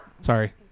Sorry